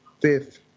fifth